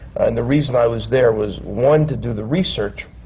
and the reason i was there was, one, to do the research